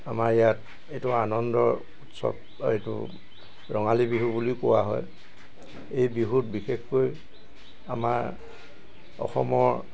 আমাৰ ইয়াত এইটো আনন্দৰ উৎসৱ এইটো ৰঙালী বিহু বুলিও কোৱা হয় এই বিহুত বিশেষকৈ আমাৰ অসমৰ